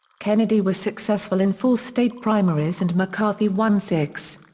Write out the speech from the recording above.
kennedy was successful in four state primaries and mccarthy won six.